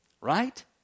Right